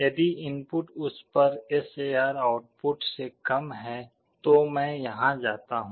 यदि इनपुट उस SAR output से कम है तो मैं यहां जाता हूं